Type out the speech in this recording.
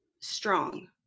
strong